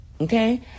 Okay